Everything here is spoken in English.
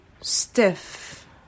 stiff